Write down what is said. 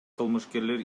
кылмышкерлер